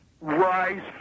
Rise